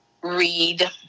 read